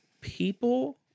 People